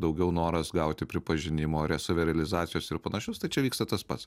daugiau noras gauti pripažinimo savirealizacijos ir panašius tai čia vyksta tas pats